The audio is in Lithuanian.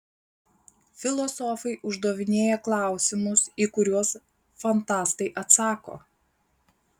filosofai uždavinėja klausimus į kuriuos fantastai atsako